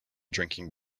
drinking